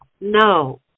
no